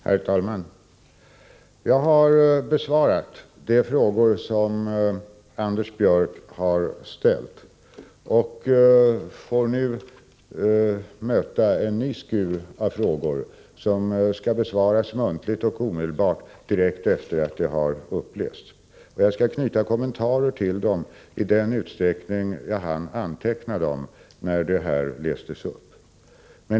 Herr talman! Jag har besvarat de frågor som Anders Björck har ställt och får nu möta en ny skur av frågor, som skall besvaras muntligt och omedelbart, direkt efter att de har upplästs. Jag skall knyta kommentarer till dem i den utsträckning jag hann anteckna dem.